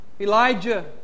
Elijah